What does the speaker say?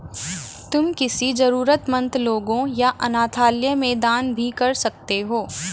तुम किसी जरूरतमन्द लोगों या अनाथालय में दान भी कर सकते हो